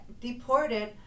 deported